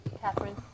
Catherine